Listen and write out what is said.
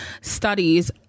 studies